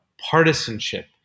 partisanship